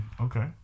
Okay